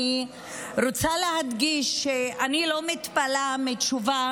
אני רוצה להדגיש שאני לא מתפלאה על התשובה